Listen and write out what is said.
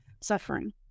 suffering